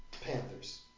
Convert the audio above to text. Panthers